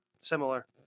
similar